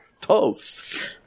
Toast